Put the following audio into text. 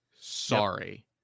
Sorry